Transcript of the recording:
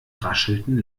raschelten